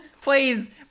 Please